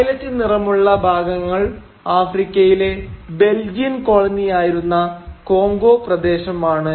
violet നിറമുള്ള ഭാഗങ്ങൾ ആഫ്രിക്കയിലെ ബെൽജിയൻ കോളനി ആയിരുന്ന കോംഗോ പ്രദേശമാണ്